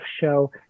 show